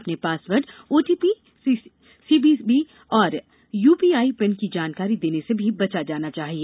अपने password OTP CVV और UPI PIN की जानकारी देने से भी बचा जाना चाहिए